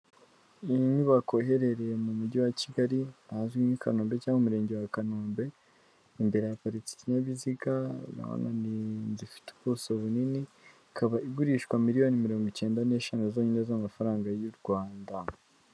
Inyubako iherereye mu mujyi wa kigali, hazwi nki kanombe cyangwa umurenge wa kanombe, imbere haparitse ikinyabiziga gifite ubuso bunini, ikaba igurishwa miriyoni mirongo ikenda n'eshanu zonyine z'amafaranga y'u Rwanda.